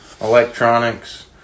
electronics